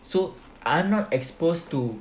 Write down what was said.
so I'm not exposed to